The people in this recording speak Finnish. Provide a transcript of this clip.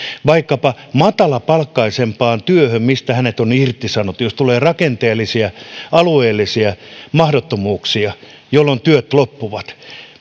vaikkapa matalapalkkaisempaan työhön kuin mistä hänet on irtisanottu jos tulee rakenteellisia alueellisia mahdottomuuksia jolloin työt loppuvat